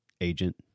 agent